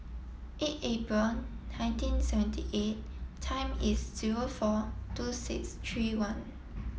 eight April nineteen seventy eight time is zero four two six three one